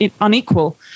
unequal